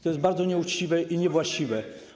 To jest bardzo nieuczciwe i niewłaściwe.